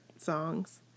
songs